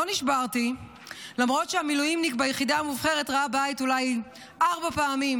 לא נשברתי למרות שהמילואימניק ביחידה המובחרת ראה בית אולי ארבע פעמים,